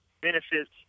benefits